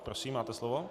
Prosím, máte slovo.